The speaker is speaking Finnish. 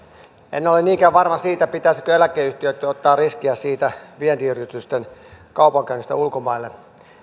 en ole niinkään varma siitä pitäisikö eläkeyhtiöitten ottaa riskiä vientiyritysten kaupankäynnistä ulkomaille